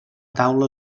taula